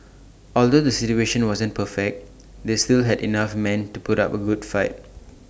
although the situation wasn't perfect they still had enough men to put up A good fight